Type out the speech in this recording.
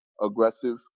aggressive